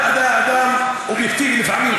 אתה הרי אדם אובייקטיבי לפעמים,